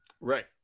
Right